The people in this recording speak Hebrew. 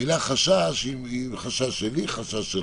המילה "חשש" זה חשש שלי, חשש שלך.